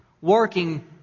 working